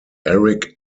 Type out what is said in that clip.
eric